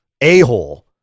a-hole